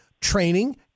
Training